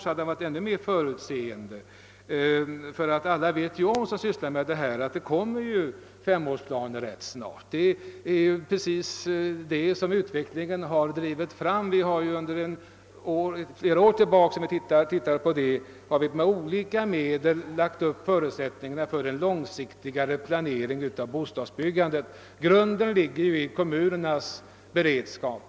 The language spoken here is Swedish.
Då hade han varit ännu mera förutseende. Men alla som sysslar något med dessa frågor torde känna till att sådana femårsplaner kommer att läggas fram ganska snart. Det är en sak som utvecklingen själv har drivit fram. Vi har sedan flera år undersökt förutsättningarna för en mera långsiktig planering av bostadsbyggandet. Det grundläggande därvidlag är kommunernas beredskap.